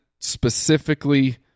specifically